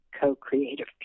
co-creative